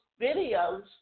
videos